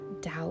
doubt